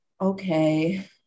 okay